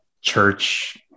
church